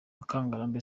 mukangarambe